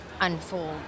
unfold